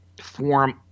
form